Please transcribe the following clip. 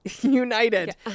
United